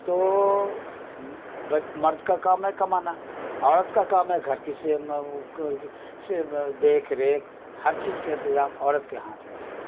تو مرد کا کام ہے کمانا عورت کا کام ہے گھر کی سے دیکھ ریکھ ہر چیز کے انتظام عورت کے ہاتھ میں ہے